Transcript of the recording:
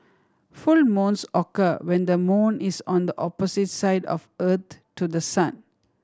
full moons occur when the moon is on the opposite side of Earth to the sun